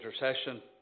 intercession